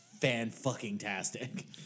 fan-fucking-tastic